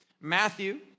Matthew